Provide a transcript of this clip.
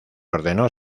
ordenó